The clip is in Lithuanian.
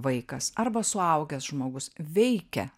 vaikas arba suaugęs žmogus veikia